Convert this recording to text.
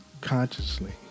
Consciously